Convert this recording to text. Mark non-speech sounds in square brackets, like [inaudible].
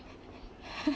[laughs]